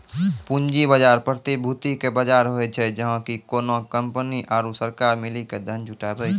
पूंजी बजार, प्रतिभूति के बजार होय छै, जहाँ की कोनो कंपनी आरु सरकार मिली के धन जुटाबै छै